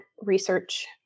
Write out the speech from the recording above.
research